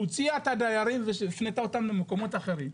הוציאה את הדיירים והפנתה אותם למקומות אחרים,